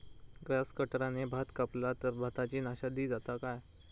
Grass कटराने भात कपला तर भाताची नाशादी जाता काय?